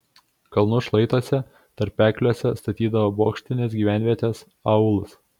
kalnų šlaituose tarpekliuose statydavo bokštines gyvenvietes aūlus